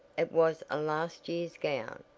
it was a last year's gown,